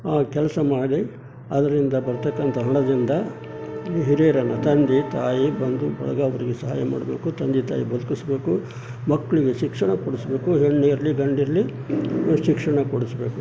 ಆ ಕೆಲಸ ಮಾಡಿ ಅದರಿಂದ ಬರ್ತಕ್ಕಂಥ ಹಣದಿಂದ ಹಿರಿಯರನ್ನು ತಂದೆ ತಾಯಿ ಬಂಧು ಬಳಗ ಅವರಿಗೆ ಸಹಾಯ ಮಾಡಬೇಕು ತಂದೆ ತಾಯಿ ಬದುಕಿಸಬೇಕು ಮಕ್ಕಳಿಗೆ ಶಿಕ್ಷಣ ಕೊಡಿಸಬೇಕು ಹೆಣ್ಣಿರಲಿ ಗಂಡಿರಲಿ ಶಿಕ್ಷಣ ಕೊಡಿಸಬೇಕು